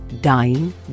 dying